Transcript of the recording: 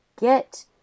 get